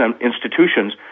institutions